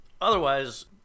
Otherwise